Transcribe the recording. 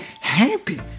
Happy